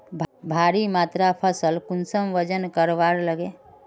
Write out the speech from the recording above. भारी मात्रा फसल कुंसम वजन करवार लगे?